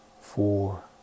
four